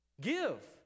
Give